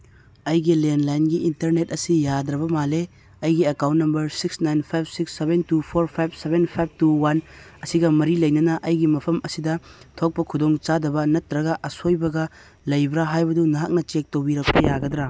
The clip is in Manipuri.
ꯑꯩꯒꯤ ꯂꯦꯟꯂꯥꯏꯟꯒꯤ ꯏꯟꯇꯔꯅꯦꯠ ꯑꯁꯤ ꯌꯥꯗ꯭ꯔꯕ ꯃꯥꯜꯂꯦ ꯑꯩꯒꯤ account number six nine five six seven two four five seven five two one ꯑꯁꯤꯒ ꯃꯔꯤ ꯂꯩꯅꯅ ꯑꯩꯒꯤ ꯃꯐꯝ ꯑꯁꯤꯗ ꯊꯣꯛꯄ ꯈꯨꯗꯣꯡꯆꯥꯗꯕ ꯅꯠꯇ꯭ꯔꯒ ꯑꯁꯣꯏꯕꯒ ꯂꯩꯕ꯭ꯔ ꯍꯥꯏꯕꯗꯨ ꯅꯍꯥꯛꯅ ꯆꯦꯛ ꯇꯧꯕꯤꯔꯛꯄ ꯌꯥꯒꯗ꯭ꯔ